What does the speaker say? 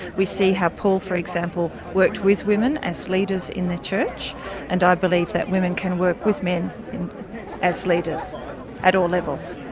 we see how paul for example worked with women as leaders in the church and i believe that women can work with men as leaders at all levels.